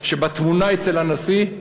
שבתמונה אצל הנשיא,